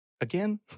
again